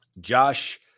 Josh